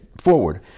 forward